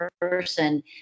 person